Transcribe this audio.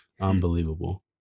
unbelievable